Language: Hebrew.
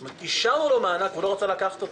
כלומר אישרנו לו מענק והוא לא רצה לקחת אותו.